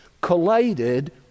collided